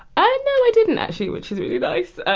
i didn't, actually, which is really nice